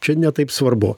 čia ne taip svarbu